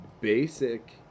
basic